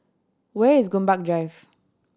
where is Gombak Drive